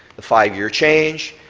the five-year change,